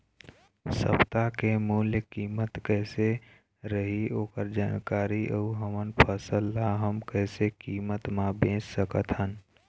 सप्ता के मूल्य कीमत कैसे रही ओकर जानकारी अऊ हमर फसल ला हम कैसे कीमत मा बेच सकत हन?